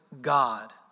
God